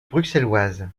bruxelloise